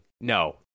no